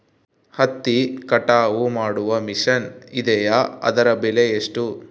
ಹತ್ತಿ ಕಟಾವು ಮಾಡುವ ಮಿಷನ್ ಇದೆಯೇ ಅದರ ಬೆಲೆ ಎಷ್ಟು?